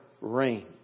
rain